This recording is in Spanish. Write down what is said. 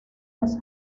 los